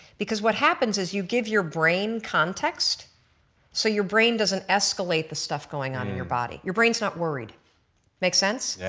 what happens is you give your brain context so your brain doesn't escalate the stuff going on in your body, your brain is not worried makes sense? yeah